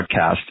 podcast